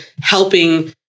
helping